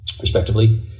respectively